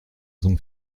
son